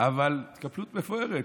אבל התקפלות מפוארת.